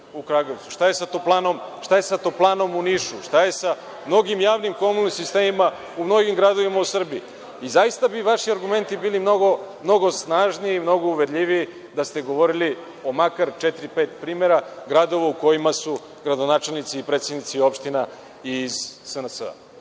šta je sa toplanom u Nišu, šta je sa mnogim javnim komunalnim sistemima u mnogim gradovima u Srbiji i zaista bi vaši argumenti bili mnogo snažniji i mnogo uverljiviji da se govorili o makar četiri, pet primera gradova u kojima su gradonačelnici i predsednici opština iz SNS-a.